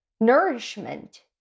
nourishment